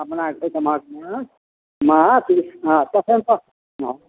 अपना खेतक माछमे माछ पसंदक माछ